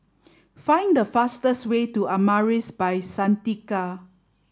find the fastest way to Amaris by Santika